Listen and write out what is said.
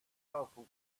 powerful